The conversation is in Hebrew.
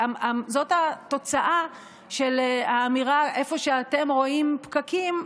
זאת התוצאה של האמירה: איפה שאתם רואים פקקים,